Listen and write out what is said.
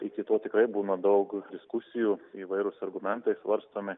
iki to tikrai būna daug diskusijų įvairūs argumentai svarstomi